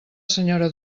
senyora